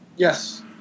Yes